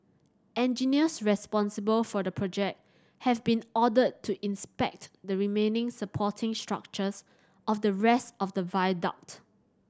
engineers responsible for the project have been ordered to inspect the remaining supporting structures of the rest of the viaduct